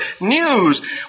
news